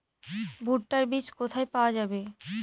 ভুট্টার বিজ কোথায় পাওয়া যাবে?